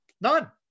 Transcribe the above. None